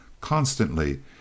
constantly